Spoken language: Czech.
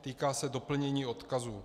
Týká se doplnění odkazů.